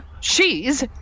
She's